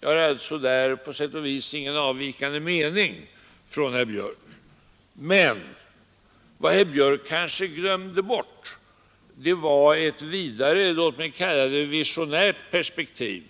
Jag har alltså därvidlag på sätt och vis ingen avvikande mening från herr Björk. Men vad herr herr Björk kanske glömde bort var ett vidare — låt mig kalla det visionärt — perspektiv